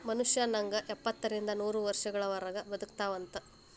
ಮನುಷ್ಯ ನಂಗ ಎಪ್ಪತ್ತರಿಂದ ನೂರ ವರ್ಷಗಳವರಗು ಬದಕತಾವಂತ